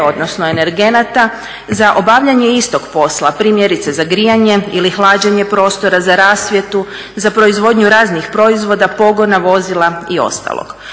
odnosno energenata za obavljanje istog posla, primjerice za grijanje ili hlađenje prostora, za rasvjetu, za proizvodnju raznih proizvoda, pogona vozila i ostalog.